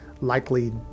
likely